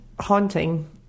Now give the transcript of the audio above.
haunting